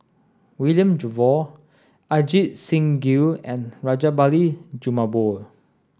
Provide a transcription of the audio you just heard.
William Jervois Ajit Singh Gill and Rajabali Jumabhoy